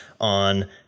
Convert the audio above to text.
on